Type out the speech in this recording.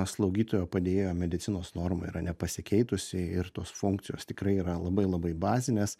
slaugytojo padėjėjo medicinos norma yra nepasikeitusi ir tos funkcijos tikrai yra labai labai bazinės